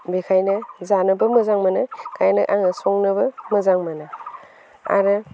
बेनिखायनो जानोबो मोजां मोनो बेनिखायनो आं संनोबो मोजां मोनो आरो